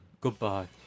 Goodbye